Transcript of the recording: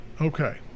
Okay